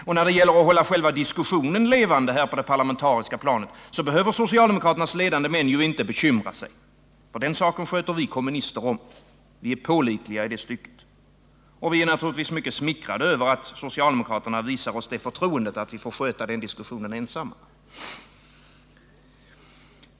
Och när det gäller att hålla själva diskussionen levande på det parlamentariska planet, behöver socialdemokraternas ledande män ju inte bekymra sig — den saken sköter vi kommunister om; vi är pålitliga i det stycket. Och vi är givetvis smickrade över att socialdemokraterna visar oss det förtroendet att vi får sköta den diskussionen ensamma.